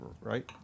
right